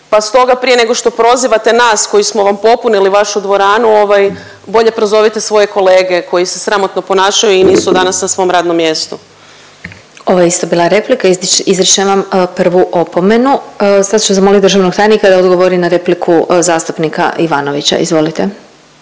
pa stoga prije nego što prozivate nas koji smo vam popunili vašu dvoranu ovaj bolje prozovite svoje kolege koji se sramotno ponašaju i nisu danas na svom radnom mjestu. **Glasovac, Sabina (SDP)** Ovo je isto bila replika, izričem vam prvu opomenu. Sad ću zamolit državnog tajnika da odgovori na repliku zastupnika Ivanovića, izvolite